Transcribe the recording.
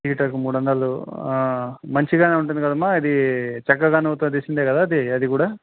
హటర్కి మూడొందలు మంచి గానే ఉంటుంది కదామా ఇది చక్కగానవుతో తీసిండే కదా అది అది కూడా